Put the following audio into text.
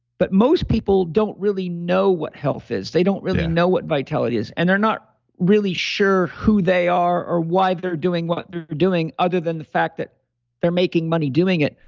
but most people don't really know what health is. they don't really know what vitality is, and they're not really sure who they are or why they're doing what they're doing other than the fact that they're making money doing it.